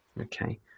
Okay